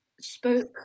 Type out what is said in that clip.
spoke